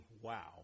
Wow